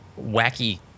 wacky